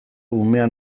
umea